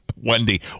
Wendy